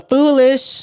Foolish